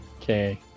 Okay